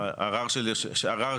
אבל עכשיו --- הם בודקים.